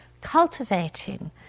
Cultivating